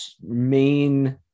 main